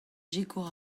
sikour